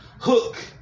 Hook